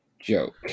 joke